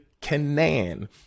Canaan